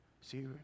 See